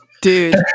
Dude